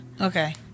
Okay